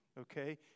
Okay